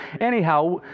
Anyhow